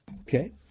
Okay